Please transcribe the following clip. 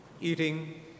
eating